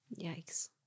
Yikes